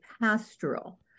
pastoral